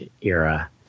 era